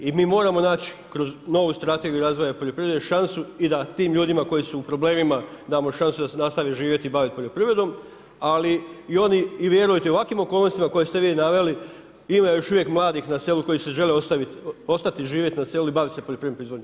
I mi moramo naći kroz novu Strategiju razvoja poljoprivrede šansu i da tim ljudima koji su u problemima damo šansu da nastave živjeti i bavit poljoprivredom, ali i oni vjerujte u ovakvim okolnostima koje ste vi naveli ima još uvijek mladih na selu koji žele ostati živjeti na selu i bavit se poljoprivrednom proizvodnjom.